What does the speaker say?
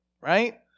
right